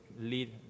lead